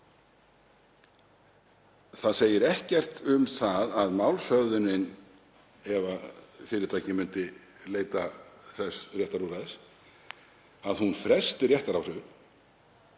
Það segir ekkert um það að málshöfðunin, ef fyrirtækið myndi leita þess réttarúrræðis, fresti réttaráhrifum